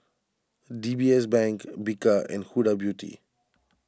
D B S Bank Bika and Huda Beauty